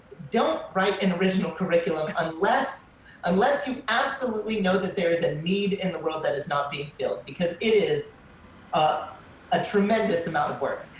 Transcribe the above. don't write an original curriculum, unless unless you absolutely know that there is a need in the world that is not being filled. because it is ah a tremendous amount of work.